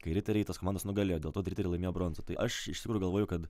kai riteriai tas komandas nugalėjo dėl to tie riteriai ir laimėjo bronzą tai aš iš tikrųjų galvoju kad